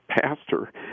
pastor